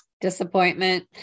Disappointment